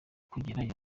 kugerayo